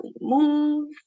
move